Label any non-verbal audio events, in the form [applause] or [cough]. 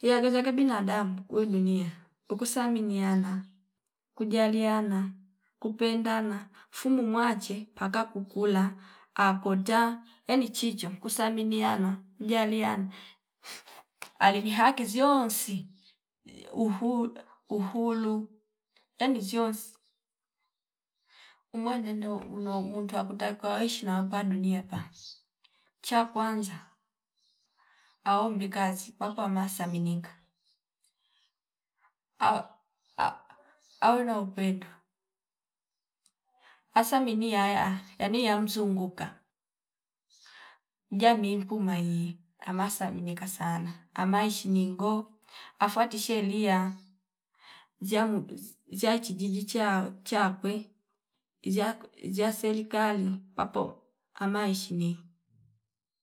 iyake zake binadamu kwenu nyia ukusaminiana kujaliana, kupendana fumu mwache paka kukula akoota eni chicho kusaminiana, kujaliana ali ni haki zionsi uhu- uhulu yani chionsi umwenendo uno untwa kuta kuwaishi na wapadu dunia paa cha kwanza awombi kazi papa masaminika. [hesitation] awe na upendo asamini yaya yani ya mzunguka jamii mpuma ili amasa mnika sana amaishi ningo afwati shelia ziyamu ziya chijiji cha- chakwe iziya ko iziya serekali papo amaishi miko